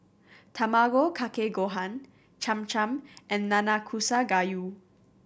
Tamago Kake Gohan Cham Cham and Nanakusa Gayu